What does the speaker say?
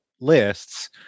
lists